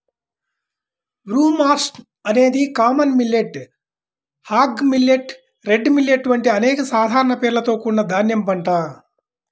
broomcorn అనేది common millet, hog millet, red millet వంటి అనేక సాధారణ పేర్లతో కూడిన ధాన్యం పంట